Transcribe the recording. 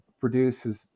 produces